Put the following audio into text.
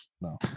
No